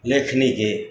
लेखनीके